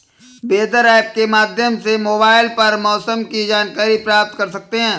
weather app के माध्यम से मोबाइल पर मौसम की जानकारी प्राप्त कर सकते हैं